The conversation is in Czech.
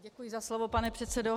Děkuji za slovo, pane předsedo.